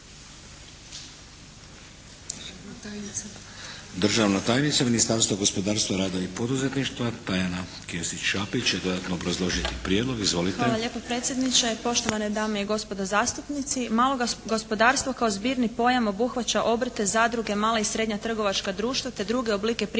Državna tajnica Ministarstva gospodarstva, rada i poduzetništva Tajana Kesić-Šapić će dodatno obrazložiti prijedlog. Izvolite. **Kesić-Šapić, Tajana** Hvala lijepa predsjedniče. Poštovane dame i gospodo zastupnici. Malo gospodarstvo kao zbirni pojam obuhvaća obrte, zadruge, mala i srednja trgovačka društva te druge oblike privatne,